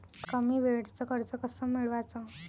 कमी वेळचं कर्ज कस मिळवाचं?